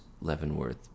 Leavenworth